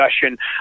discussion